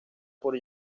por